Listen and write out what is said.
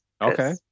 Okay